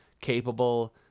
capable